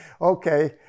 okay